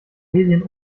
medien